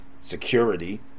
security